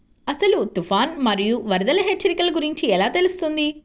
అసలు తుఫాను మరియు వరదల హెచ్చరికల గురించి ఎలా తెలుస్తుంది?